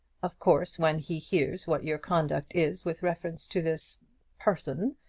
of course, when he hears what your conduct is with reference to this person,